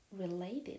related